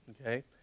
Okay